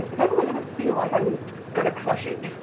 definitely doesn't feel like i'm going to crush it.